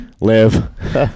live